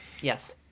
Yes